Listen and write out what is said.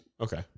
Okay